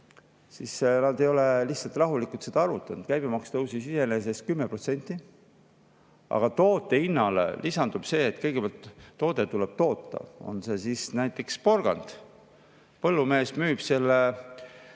siis nad ei ole rahulikult seda arvutanud. Käibemaks tõusis iseenesest 10%, aga toote hinnale lisandub see, et kõigepealt toode tuleb toota, näiteks porgand. Põllumees müüb selle